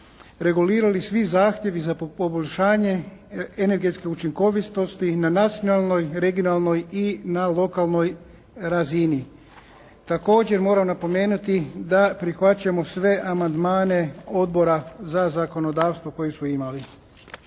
regulirati svi zahtjevi za poboljšanje energetske učinkovitosti i na nacionalnoj, regionalnoj i na lokalnoj razini. Također moram napomenuti da prihvaćamo sve amandmane Odbora za zakonodavstvo koje su imali.